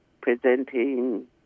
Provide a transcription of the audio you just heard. presenting